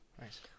Nice